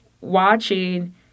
watching